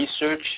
research